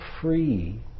free